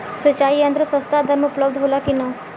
सिंचाई यंत्र सस्ता दर में उपलब्ध होला कि न?